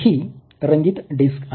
हि रंगीत डिस्क आहे